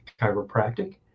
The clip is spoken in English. chiropractic